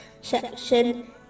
section